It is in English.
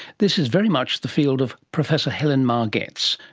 this is very much the field of professor helen margetts,